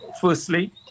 Firstly